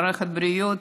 מערכת הבריאות,